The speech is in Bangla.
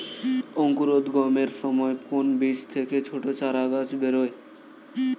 অঙ্কুরোদ্গমের সময় কোন বীজ থেকে ছোট চারাগাছ বেরোয়